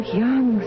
young